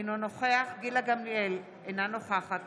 אינו נוכח גילה גמליאל, אינה נוכחת